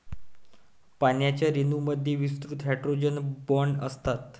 पाण्याच्या रेणूंमध्ये विस्तृत हायड्रोजन बॉण्ड असतात